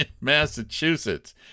Massachusetts